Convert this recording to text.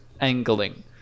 angling